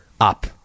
up